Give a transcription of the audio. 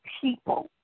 people